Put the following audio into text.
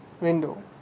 window